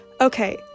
Okay